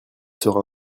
sera